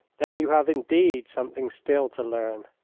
then you have indeed something still to learn.